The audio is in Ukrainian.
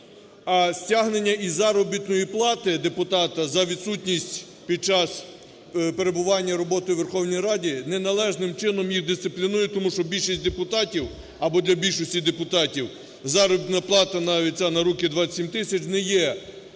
А стягнення із заробітної плати депутата за відсутність під час перебування і роботи у Верховній Раді неналежним чином їх дисциплінує. Тому що більшість депутатів або для більшості депутатів заробітна плата навіть ця – на руки 27 тисяч – не є